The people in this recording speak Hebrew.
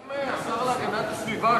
האם השר להגנת הסביבה,